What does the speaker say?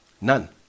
None